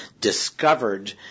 discovered